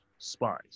spies